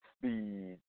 speed